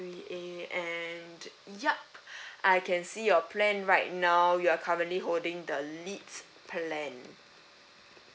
three A and yup I can see your plan right now you are currently holding the lite plan